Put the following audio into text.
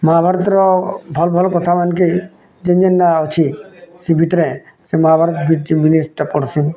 ମହାଭାରତ୍ର ଭଲ୍ ଭଲ୍ କଥା ମାନ୍କେ ଜିନ୍ ଜିନ୍ ଟା ଅଛି ସେଁ ଭିତରେ ଜିନିଷ୍ଟା ପଢ଼ୁଛିଁ